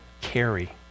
carry